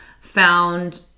Found